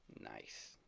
Nice